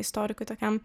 istorikui tokiam